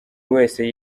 wese